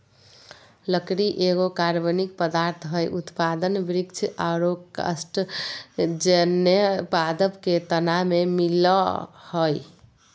लकड़ी एगो कार्बनिक पदार्थ हई, उत्पादन वृक्ष आरो कास्टजन्य पादप के तना में मिलअ हई